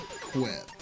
quit